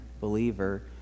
believer